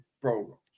program